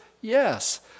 Yes